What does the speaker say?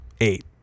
Eight